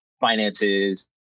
finances